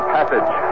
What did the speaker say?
Passage